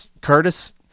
Curtis